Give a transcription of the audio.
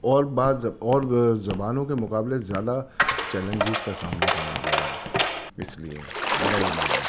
اور بعض اور زبانوں کے مقابلے زیادہ چیلنجز کا سامنا کرنا پڑ رہا ہے اس لیے میرا یہ ماننا ہے